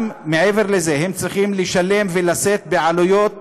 מעבר לזה, הם צריכים לשלם ולשאת בעלויות